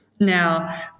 Now